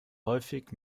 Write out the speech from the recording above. häufig